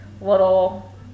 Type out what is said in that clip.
little